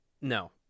No